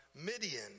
Midian